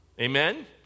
Amen